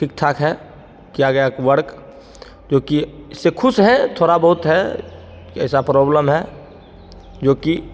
ठीक ठाक है किया गया एक वर्क क्योंकि इससे खुश है थोड़ा बहुत है ऐसा प्रोब्लम है जो कि